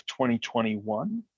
2021